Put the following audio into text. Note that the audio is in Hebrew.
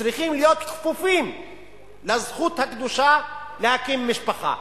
צריכים להיות כפופים לזכות הקדושה להקים משפחה.